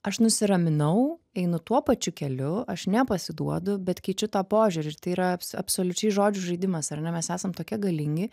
aš nusiraminau einu tuo pačiu keliu aš nepasiduodu bet keičiu to požiūriu ir tai yra absoliučiai žodžių žaidimas ar ne mes esam tokie galingi